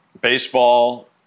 Baseball